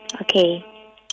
Okay